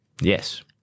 Yes